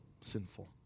sinful